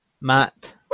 Matt